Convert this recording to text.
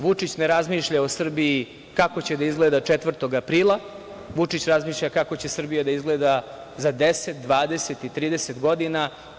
Vučić ne razmišlja o Srbiji kako će da izgleda 4. aprila, Vučić razmišlja kako će Srbija da izgleda za 10, 20 i 30 godina.